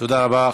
תודה רבה.